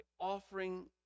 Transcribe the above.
offering